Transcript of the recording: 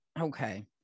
okay